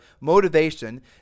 motivation